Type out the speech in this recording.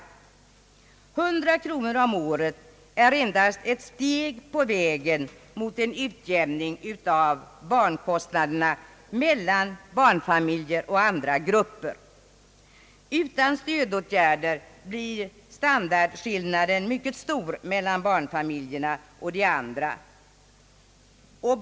En höjning med 100 kronor om året är endast ett steg på vägen mot en utjämning av levnadsomkostnaderna mellan barnfamiljer och andra grupper. Utan stödåtgärder blir standardskillnaden mycket stor mellan barnfamiljer och andra.